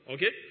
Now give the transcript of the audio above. Okay